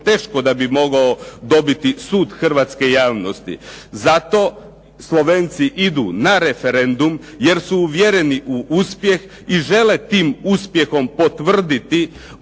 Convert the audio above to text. teško da bi mogao dobiti sud hrvatske javnosti. Zato Slovenci idu na referendum, jer su uvjereni u uspjeh i žele tim uspjehom potvrditi